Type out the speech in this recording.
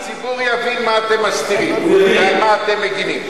הציבור יבין מה אתם מסתירים ועל מה אתם מגינים.